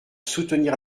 soutenir